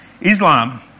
Islam